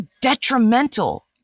detrimental